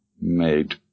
made